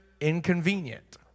inconvenient